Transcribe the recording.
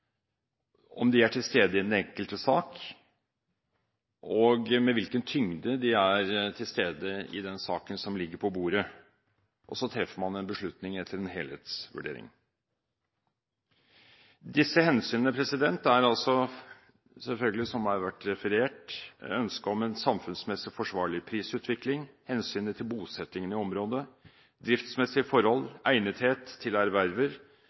om de er til stede i den enkelte sak, og med hvilken tyngde de er til stede i den saken som ligger på bordet. Så treffer man en beslutning etter en helhetsvurdering. Disse hensynene er altså, slik det har vært referert, ønsket om en samfunnsmessig forsvarlig prisutvikling, hensynet til bosettingen i området, driftsmessige forhold, egnethet til erverver,